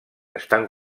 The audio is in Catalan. estan